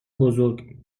بزرگ